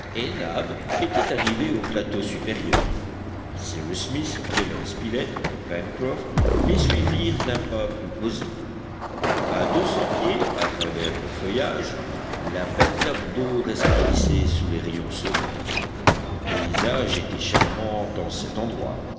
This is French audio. nab étaient arrivés au plateau supérieur cyrus smith gédéon spilett et pencroff les suivirent d'un pas plus posé à deux cents pieds à travers le feuillage la belle nappe d'eau resplendissait sous les rayons solaires le paysage était charmant en cet endroit